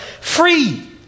free